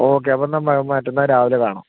ഒക്കെ അപ്പോഴെന്നാൽ മറ്റന്നാൾ രാവിലെ കാണാം